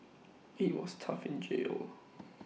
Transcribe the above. IT was tough in jail